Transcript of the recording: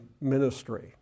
ministry